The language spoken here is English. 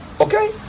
Okay